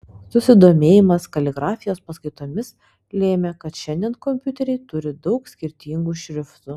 susidomėjimas kaligrafijos paskaitomis lėmė kad šiandien kompiuteriai turi daug skirtingų šriftų